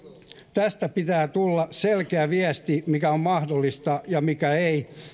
tästä pitää tulla selkeä viesti mikä on mahdollista ja mikä ei